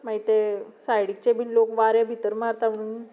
मागीर ते सायडीचे बी लोक वारें भितर मारता म्हणून